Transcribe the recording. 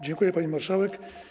Dziękuję, pani marszałek.